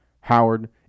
Howard